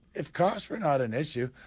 if costs were not an issue,